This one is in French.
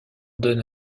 donne